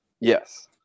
Yes